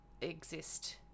exist